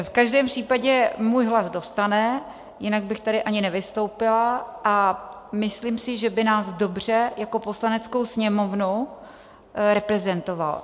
V každém případě můj hlas dostane, jinak bych tady ani nevystoupila, a myslím si, že by nás dobře jako Poslaneckou sněmovnu reprezentoval.